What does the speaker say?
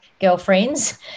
girlfriends